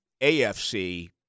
AFC